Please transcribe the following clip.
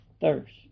thirst